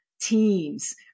Teams